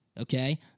okay